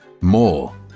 More